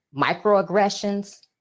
microaggressions